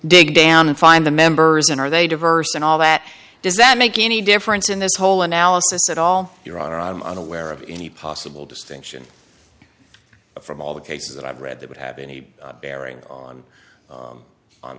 dig down and find the members and are they diverse in all that does that make any difference in this whole analysis at all your honor i'm unaware of any possible distinction from all the cases that i've read that would have any bearing on